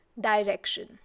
direction